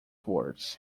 words